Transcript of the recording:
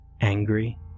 angry